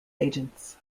agents